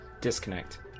Disconnect